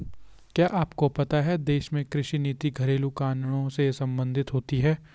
क्या आपको पता है देश में कृषि नीति घरेलु कानूनों से सम्बंधित होती है?